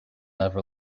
never